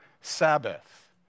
Sabbath